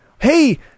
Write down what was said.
hey